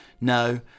no